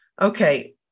Okay